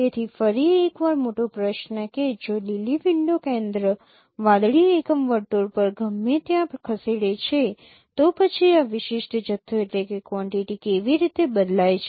તેથી ફરી એકવાર મોટો પ્રશ્ન કે જો લીલી વિન્ડો કેન્દ્ર વાદળી એકમ વર્તુળ પર ગમે ત્યાં ખસેડે છે તો પછી આ વિશિષ્ટ જથ્થો કેવી રીતે બદલાય છે